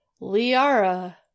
Liara